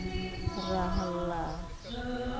ᱨᱟᱦᱞᱟ